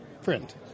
friend